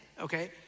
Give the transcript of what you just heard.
okay